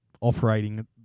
operating